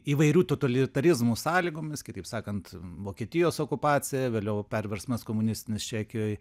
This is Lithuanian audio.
įvairių totalitarizmų sąlygomis kitaip sakant vokietijos okupacija vėliau perversmas komunistinis čekijoj